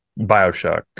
Bioshock